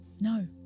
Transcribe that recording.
no